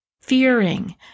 fearing